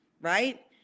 right